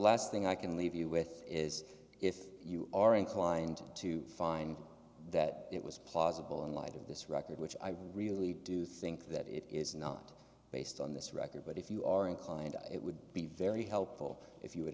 last thing i can leave you with is if you are inclined to find that it was plausible in light of this record which i really do think that it is not based on this record but if you are inclined it would be very helpful if you would